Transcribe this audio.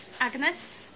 agnes